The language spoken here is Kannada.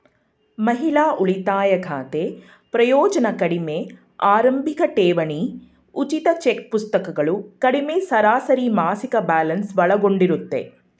ಮಹಿಳಾ ಉಳಿತಾಯ ಖಾತೆ ಪ್ರಯೋಜ್ನ ಕಡಿಮೆ ಆರಂಭಿಕಠೇವಣಿ ಉಚಿತ ಚೆಕ್ಪುಸ್ತಕಗಳು ಕಡಿಮೆ ಸರಾಸರಿಮಾಸಿಕ ಬ್ಯಾಲೆನ್ಸ್ ಒಳಗೊಂಡಿರುತ್ತೆ